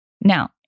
Now